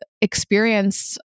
experience